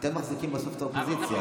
אתם מחזיקים בסוף את האופוזיציה,